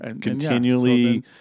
continually